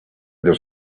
their